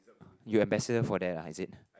you're ambassador for that ah is it